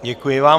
Děkuji vám.